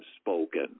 spoken